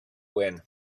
win